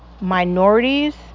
minorities